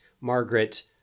Margaret